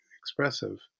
expressive